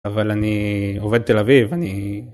אבל אני עובד תל אביב אני.